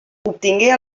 obtingué